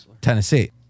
Tennessee